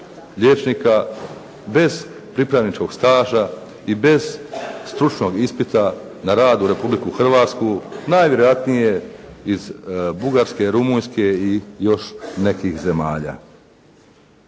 liječnika bez pripravničkog staža i bez stručnog ispita na rad u Republiku Hrvatsku najvjerojatnije iz Bugarske, Rumunjske i još nekih zemalja.